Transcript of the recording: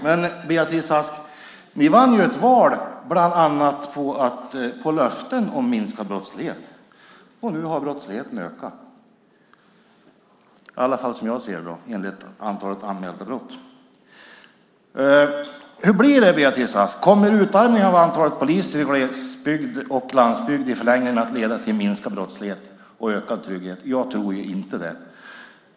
Men Beatrice Ask, ni vann ju ett val bland annat på löften om minskad brottslighet, och nu har brottsligheten ökat, som jag ser det, enligt antalet anmälda brott. Hur blir det, Beatrice Ask? Kommer utarmningen av antalet poliser i glesbygd och landsbygd i förlängningen att leda till minskad brottslighet och ökad trygghet? Jag tror inte det.